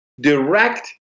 direct